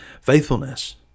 Faithfulness